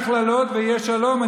סיכמנו שאין הכללות ויש שלום.